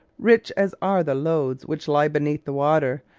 rich as are the lodes which lie beneath the water,